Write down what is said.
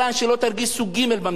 שלא תרגיש סוג ג' במדינה.